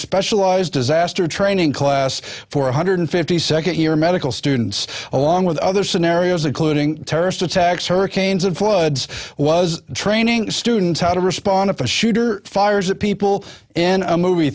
specialized disaster training class for one hundred fifty second year medical students along with other scenarios including terrorist attacks hurricanes and floods was training students how to respond if a shooter fires at people in a movie